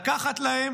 לקחת להם